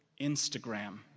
Instagram